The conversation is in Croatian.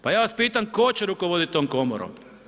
Pa ja vas pitam tko će rukovoditi tom komorom?